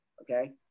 Okay